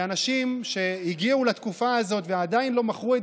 ואנשים שהגיעו לתקופה הזאת ועדיין לא מכרו את